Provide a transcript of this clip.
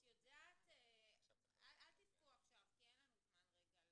אל תבכו עכשיו כי אין לנו זמן לדמעות.